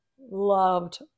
loved